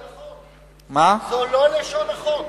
זו לא לשון החוק.